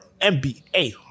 NBA